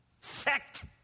sect